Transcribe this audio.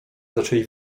zaczęli